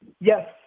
Yes